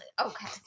Okay